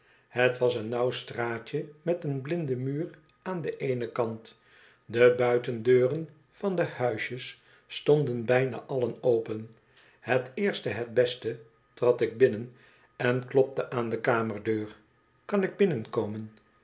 het was een nauw straatje met een blinden muur aan den eenen kant de buitendeuren van de huisjes stonden bijna allen open het eerste het beste trad ik binnen en klopte aan de kamerdeur kan ik binnenkomen